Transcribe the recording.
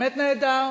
באמת נהדר